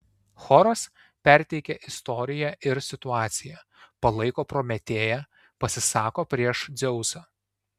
choras perteikia istoriją ir situaciją palaiko prometėją pasisako prieš dzeusą